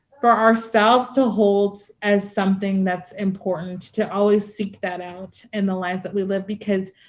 for ourselves to hold as something that's important, to always seek that out in the lives that we live because,